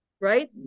Right